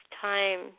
time